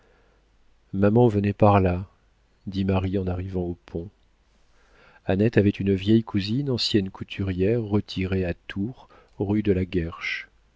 maman venait par là dit marie en arrivant au pont annette avait une vieille cousine ancienne couturière retirée à tours rue de la